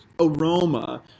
aroma